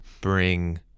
bring